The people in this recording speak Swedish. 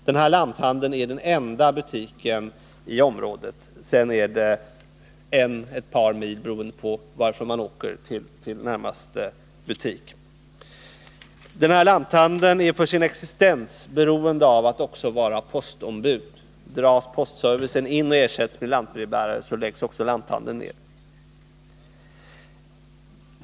Den är den enda butiken i området — till närmaste butik utanför området är det ett par mil eller längre, beroende på varifrån på ön man åker. Den här lanthandeln är för sin existens beroende av att också få vara postombud. Dras postservicen in och ersätts med lantbrevbärare, så måste också lanthandeln läggas ner.